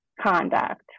conduct